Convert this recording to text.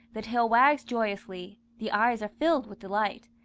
the tail wags joyously, the eyes are filled with delight,